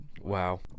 Wow